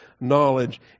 knowledge